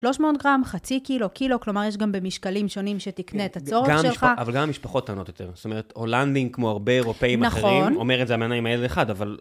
300 גרם, חצי קילו, קילו, כלומר, יש גם במשקלים שונים שתקנה את הצורך שלך. אבל גם המשפחות קטנות יותר. זאת אומרת, הולנדים, כמו הרבה אירופאים אחרים, אומרת, זה המענה עם האל אחד, אבל...